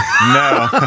No